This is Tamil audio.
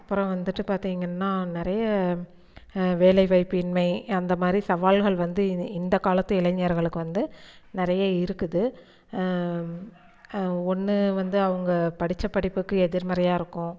அப்புறம் வந்துட்டு பார்த்திங்கன்னா நிறைய வேலைவாய்ப்பின்மை அந்த மாதிரி சவால்கள் வந்து இந்த காலத்து இளைஞர்களுக்கு வந்து நிறைய இருக்குது ஒன்று வந்து அவங்க படித்த படிப்புக்கு எதிர்மறையாக இருக்கும்